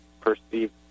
perceived